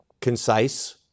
concise